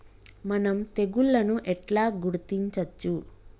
మనం తెగుళ్లను ఎట్లా గుర్తించచ్చు?